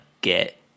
get